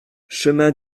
chemin